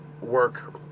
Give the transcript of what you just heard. work